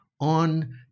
on